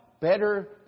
better